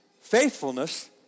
faithfulness